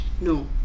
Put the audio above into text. no